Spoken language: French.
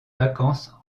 vacances